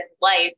life